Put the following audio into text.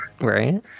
Right